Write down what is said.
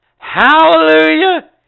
Hallelujah